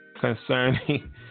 concerning